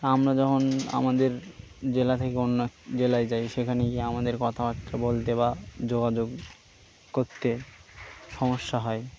আমরা যখন আমাদের জেলা থেকে অন্য জেলায় যাই সেখানে গিয়ে আমাদের কথাবার্তা বলতে বা যোগাযোগ করতে সমস্যা হয়